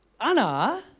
Anna